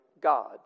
God